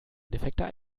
defekter